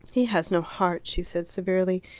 he has no heart, she said severely.